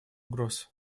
угроз